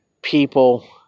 people